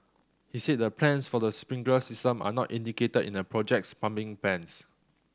he said the plans for the sprinkler system are not indicated in the project's plumbing plans